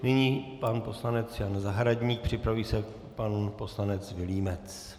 Nyní pan poslanec Jan Zahradník, připraví se pan poslanec Vilímec.